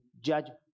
judgment